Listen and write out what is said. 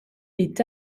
est